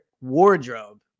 wardrobe